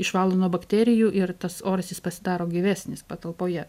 išvalo nuo bakterijų ir tas oras jis pasidaro gyvesnis patalpoje